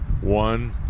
one